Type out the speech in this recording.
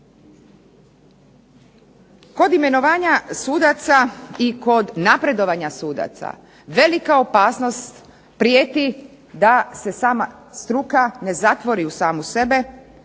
Kod imenovanja sudaca i kod napredovanja sudaca velika opasnost prijeti da se sama struka ne zatvori u samu sebe,